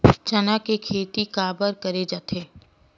चना के खेती काबर करे जाथे?